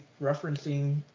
referencing